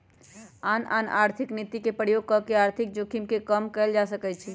आन आन आर्थिक नीति के प्रयोग कऽ के आर्थिक जोखिम के कम कयल जा सकइ छइ